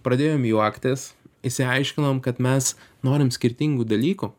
pradėjom juoktis išsiaiškinom kad mes norim skirtingų dalykų